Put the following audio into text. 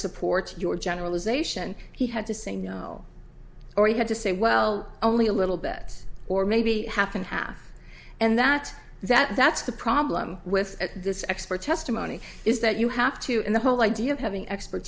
supports your generalization he had to say no or he had to say well only a little bit or maybe half and half and that that that's the problem with this expert testimony is that you have to and the whole idea of having expert